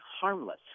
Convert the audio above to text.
harmless